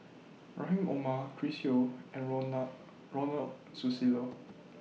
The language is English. Rahim Omar Chris Yeo and Ronald Susilo